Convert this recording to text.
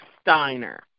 Steiner